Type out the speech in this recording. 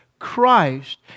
Christ